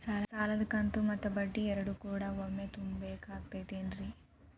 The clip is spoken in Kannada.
ಸಾಲದ ಕಂತು ಮತ್ತ ಬಡ್ಡಿ ಎರಡು ಕೂಡ ಒಮ್ಮೆ ತುಂಬ ಬೇಕಾಗ್ ತೈತೇನ್ರಿ?